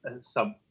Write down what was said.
sub